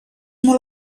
molt